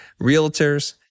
realtors